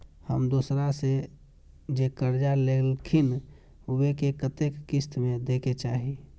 हम दोसरा से जे कर्जा लेलखिन वे के कतेक किस्त में दे के चाही?